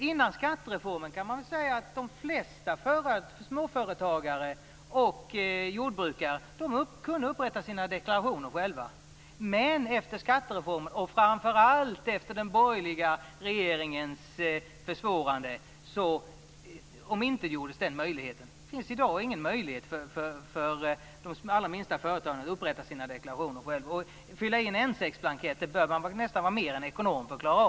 Innan skattereformen genomfördes kunde de flesta småföretagare och jordbrukare upprätta sina deklarationer själva, men efter skattereformen och framför allt efter den borgerliga regeringens försvårande omintetgjordes den möjligheten. Det finns i dag ingen möjlighet för de allra minsta företagen att upprätta sina deklarationer själva, och för att klara av att fylla i en N6-blankett bör man nästan vara mer än ekonom.